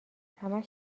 همش